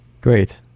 Great